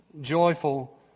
Joyful